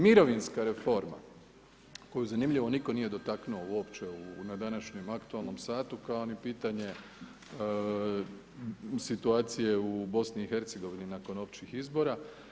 Mirovinska reforma koju zanimljivo nitko nije dotaknuo uopće na današnjem aktualnom satu kao ni pitanje situacije u BiH-a nakon općih izbora.